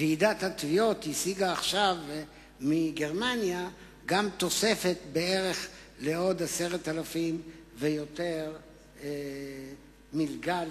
ועידת התביעות השיגה עכשיו מגרמניה תוספת לעוד 10,000 ויותר מלגות,